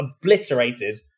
obliterated